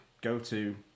go-to